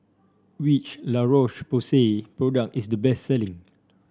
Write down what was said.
which La Roche Porsay product is the best selling